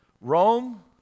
Rome